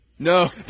No